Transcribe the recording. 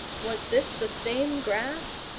was this the same grass,